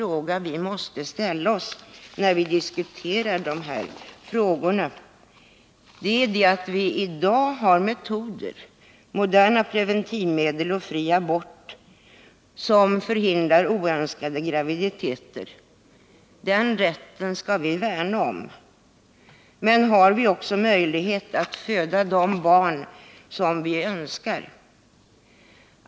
Och vi tror att det är möjligt att minska den. Vi har i dag metoder — moderna preventivmedel och fri abort — som förhindrar oönskade graviditeter. Den rätten skall vi värna om. Men det är en fråga som vi måste ställa oss i sammanhanget: Har vi också möjlighet att föda de barn som vi önskar?